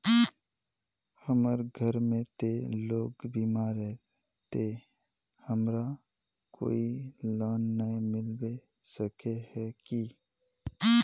हमर घर में ते लोग बीमार है ते हमरा कोई लोन नय मिलबे सके है की?